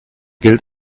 gilt